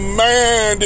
man